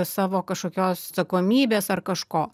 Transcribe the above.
savo kažkokios atsakomybės ar kažko